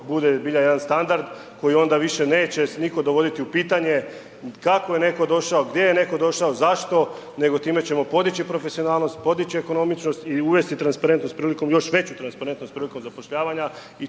bude zbilja jedan standard koji onda više neće nitko dovoditi u pitanje kako je netko došao, gdje je netko došao, zašto, nego time ćemo podići profesionalnost, podići ekonomičnost i uvesti transparentnost, još veću transparentnost prilikom zapošljavanja